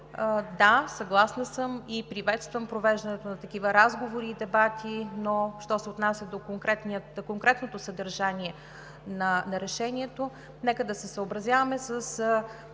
да, съгласна съм, приветствам провеждането на такива разговори, дебати, но що се отнася до конкретното съдържание на Решението, нека да се съобразяваме с